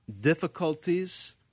difficulties